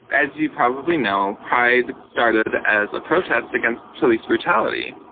as you probably know, pride started as a protest against police brutality.